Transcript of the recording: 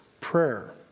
prayer